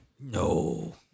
No